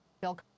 Bill